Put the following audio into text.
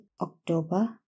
October